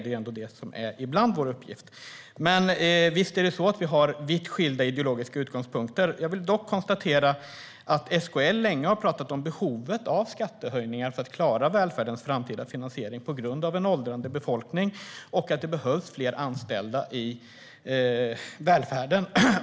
Det är ändå ibland vår uppgift. Visst har vi vitt skilda ideologiska utgångspunkter. Jag vill dock konstatera att SKL länge har talat om behovet av skattehöjningar för att klara välfärdens framtida finansiering på grund av en åldrande befolkning och att det behövs fler anställda i välfärden.